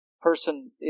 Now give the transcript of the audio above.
person